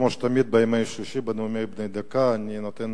כמו תמיד בימי שלישי בנאומים בני דקה אני נותן